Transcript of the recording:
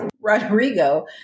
Rodrigo